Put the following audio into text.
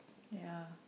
ya